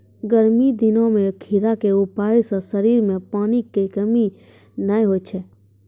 गर्मी दिनों मॅ खीरा के उपयोग सॅ शरीर मॅ पानी के कमी नाय होय छै